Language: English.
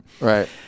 Right